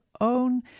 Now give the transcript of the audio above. own